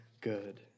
good